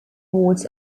board